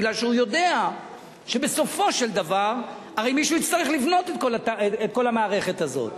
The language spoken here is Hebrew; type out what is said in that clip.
כי הוא יודע שבסופו של דבר הרי מישהו יצטרך לבנות את כל המערכת הזאת.